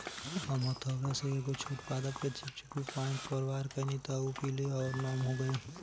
हम हथौड़ा से एगो छोट पादप के चिपचिपी पॉइंट पर वार कैनी त उ पीले आउर नम हो गईल